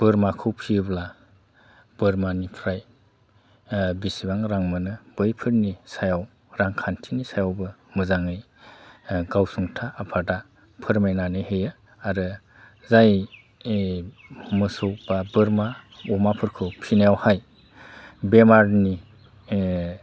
बोरमाखौ फियोब्ला बोरमानिफ्राय बिसिबां रां मोनो बैफोरनि सायाव रांखान्थिनि सायावबो मोजाङै गावसुंथा आफादा फोरमायनानै होयो आरो जाय मोसौ बा बोरमा अमाफोरखौ फिनायावहाय बेमारनि